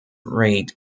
rate